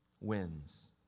wins